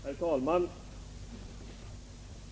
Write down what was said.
Herr talman!